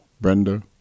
Brenda